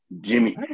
Jimmy